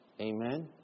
Amen